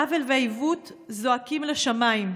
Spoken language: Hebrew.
עוול ועיוות זועקים לשמיים.